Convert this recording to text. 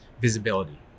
visibility